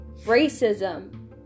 Racism